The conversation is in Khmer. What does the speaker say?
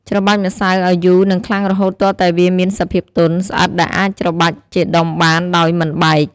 ច្របាច់ម្សៅឱ្យយូរនិងខ្លាំងរហូតទាល់តែវាមានសភាពទន់ ស្អិតដែលអាចច្របាច់ជាដុំបានដោយមិនបែក។